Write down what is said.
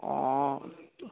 অঁ